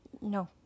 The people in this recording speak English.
No